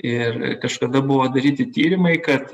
ir kažkada buvo daryti tyrimai kad